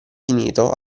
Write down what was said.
finito